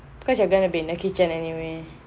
because you are going to be the kitchen anyway right